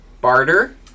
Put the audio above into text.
barter